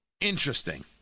interesting